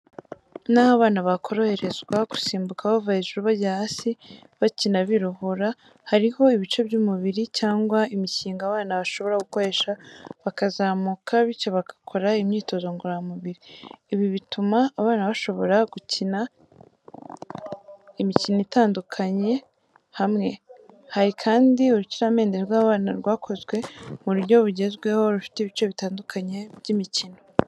Ni aho abana bakoroherezwa gusimbuka bava hejuru bajya hasi, bakina biruhura. Hariho ibice by'uburiri cyangwa imikingo abana bashobora gukoresha bakazamuka bityo bagakora imyitozo ngororamubiri. Ibi bituma abana bashobora gukina imikino itandukanye hamwe. Hari kandi urukiramende rw'abana rwakozwe mu buryo bugezweho, rufite ibice bitandukanye by’imikino.